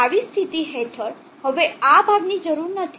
આવી સ્થિતિ હેઠળ હવે આ ભાગની જરૂર નથી